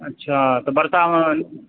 अच्छा तऽ वर्षामे